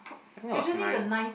that was nice